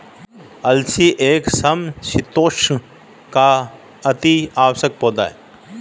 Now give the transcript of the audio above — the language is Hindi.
अलसी एक समशीतोष्ण का अति आवश्यक पौधा है